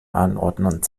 anordnung